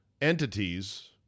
entities